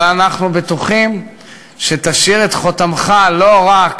אבל אנחנו בטוחים שתשאיר את חותמך לא רק,